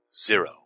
zero